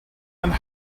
and